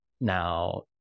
now